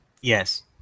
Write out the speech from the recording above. yes